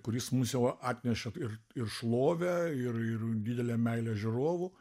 kuris mums jau atnešė ir ir šlovę ir ir didelę meilę žiūrovų